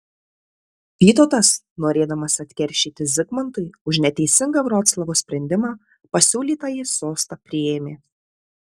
vytautas norėdamas atkeršyti zigmantui už neteisingą vroclavo sprendimą pasiūlytąjį sostą priėmė